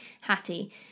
Hattie